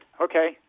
Okay